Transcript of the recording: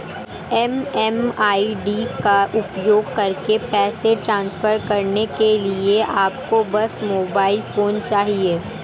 MMID का उपयोग करके पैसे ट्रांसफर करने के लिए आपको बस मोबाइल फोन चाहिए